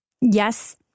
yes